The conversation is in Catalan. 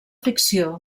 ficció